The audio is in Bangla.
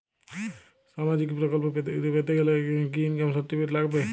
সামাজীক প্রকল্প পেতে গেলে কি ইনকাম সার্টিফিকেট লাগবে?